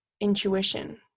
intuition